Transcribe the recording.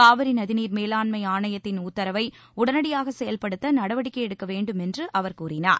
காவிரி நதிநீர் மேலாண்மை ஆணையத்தின் உத்தரவை உடனடியாக செயல்படுத்த நடவடிக்கை எடுக்க வேண்டும் என்று அவர் கூறினார்